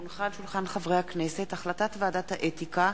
כי הונחה על שולחן הכנסת החלטת ועדת האתיקה